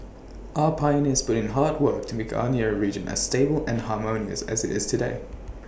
our pioneers put in hard work to make our nearer region as stable and harmonious as IT is today